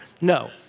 No